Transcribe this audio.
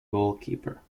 goalkeeper